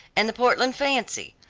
and the portland fancy.